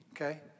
Okay